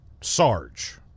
Sarge